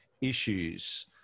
issues